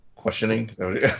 questioning